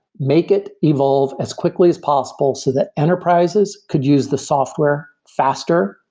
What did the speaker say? make it evolve as quickly as possible so that enterprises could use the software faster,